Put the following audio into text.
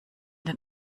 den